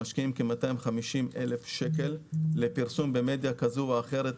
אנחנו משקיעים כ-250,000 שקל לפרסום במדיה כזו או אחרת,